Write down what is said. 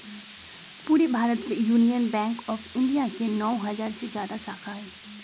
पूरे भारत में Union Bank of India के नौ हजार से जादा शाखा हई